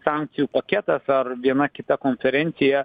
sankcijų paketas ar viena kita konferencija